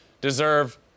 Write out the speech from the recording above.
deserve